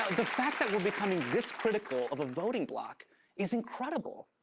the fact that we're becoming this critical of a voting block is incredible.